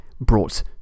brought